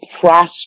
prosper